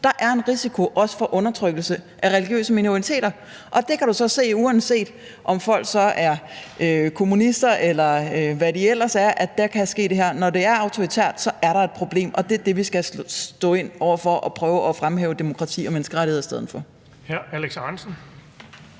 er der også risiko for undertrykkelse af religiøse minoriteter, og det kan du så se sker der, uanset om folk så er kommunister, eller hvad de ellers er. Når det er autoritært, er der et problem, og det er det, vi står over for. Der skal vi prøve at fremhæve demokrati og menneskerettigheder i stedet for.